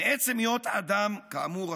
מעצם היות אדם, כאמור,